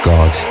God